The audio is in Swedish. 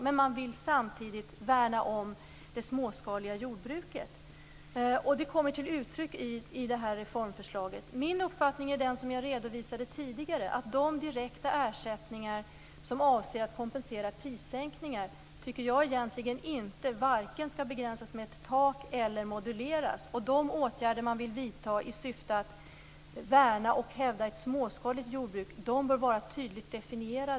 Men man vill samtidigt värna om det småskaliga jordbruket. Det kommer till uttryck i det här reformförslaget. Min uppfattning är den som jag redovisade tidigare. De direkta ersättningar som avser att kompensera prissänkningar tycker jag egentligen inte vare sig skall begränsas med ett tak eller moduleras. De åtgärder man vill vidta i syfte att värna och hävda ett småskaligt jordbruk bör vara tydligt definierade.